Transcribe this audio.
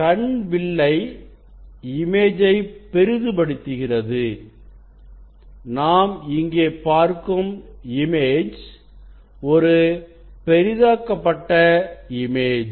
கண் வில்லை இமேஜை பெரிதுபடுத்துகிறது நாம் இங்கே பார்க்கும் இமேஜ் ஒரு பெரிதாக்கப்பட்ட இமேஜ்